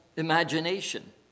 imagination